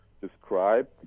describe